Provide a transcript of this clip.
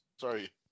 sorry